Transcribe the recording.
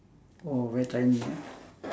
oh very tiny ah